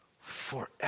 forever